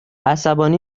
عصبانی